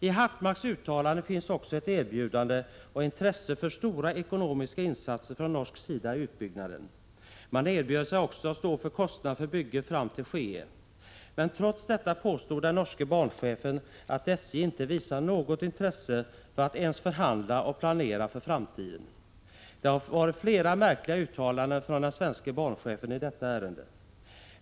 I Hartmarks uttalande låg också ett erbjudande om och intresse för stora ekonomiska insatser från norsk sida i utbyggnaden. Man erbjöd sig att stå för kostnaderna för bygget fram till Skeen. Trots detta påstod den norske banchefen att SJ inte visar något intresse för att ens förhandla om och planera för framtiden. Det har varit flera märkliga uttalanden från den svenske banchefen i detta ärende.